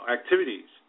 Activities